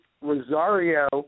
Rosario